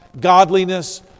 Godliness